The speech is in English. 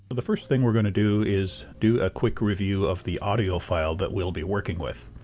but the first thing we're going to do is do a quick review of the audio file that we'll be working with.